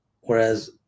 whereas